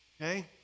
Okay